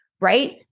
right